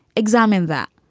examine that.